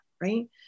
right